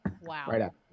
Wow